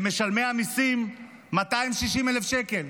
למשלמי המיסים, 260,000 שקל,